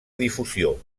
difusió